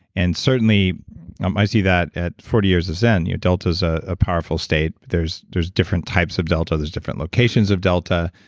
and certainly um i see that at forty years of zen, your delta's a powerful state, but there's different types of delta. there's different locations of delta,